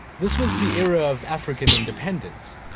this was the era of african independence.